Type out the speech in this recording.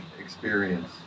experience